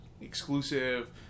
exclusive